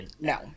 No